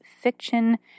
fiction